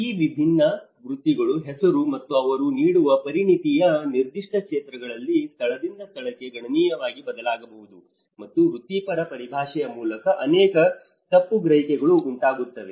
ಈ ವಿಭಿನ್ನ ವೃತ್ತಿಗಳು ಹೆಸರು ಮತ್ತು ಅವರು ನೀಡುವ ಪರಿಣತಿಯ ನಿರ್ದಿಷ್ಟ ಕ್ಷೇತ್ರಗಳಲ್ಲಿ ಸ್ಥಳದಿಂದ ಸ್ಥಳಕ್ಕೆ ಗಣನೀಯವಾಗಿ ಬದಲಾಗಬಹುದು ಮತ್ತು ವೃತ್ತಿಪರ ಪರಿಭಾಷೆಯ ಮೂಲಕ ಅನೇಕ ತಪ್ಪುಗ್ರಹಿಕೆಗಳು ಉಂಟಾಗುತ್ತವೆ